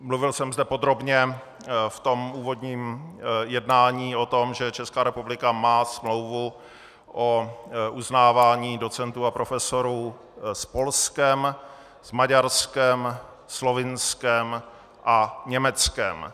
Mluvil jsem zde podrobně v úvodním jednání o tom, že Česká republika má smlouvu o uznávání docentů a profesorů s Polskem, s Maďarskem, Slovinskem a Německem.